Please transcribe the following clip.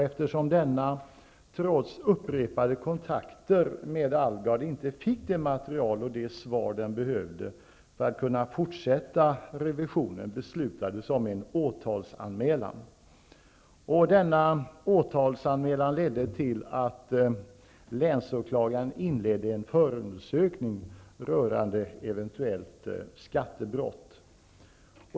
Eftersom denna trots upprepade kontakter med Alvgard inte fick det material och de svar den behövde för att kunna fortsätta revisionen, beslutades om åtalsanmälan. Denna åtalsanmälan ledde till att länsåklagaren inledde en förundersökning rörande eventuellt skattebrott.